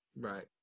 Right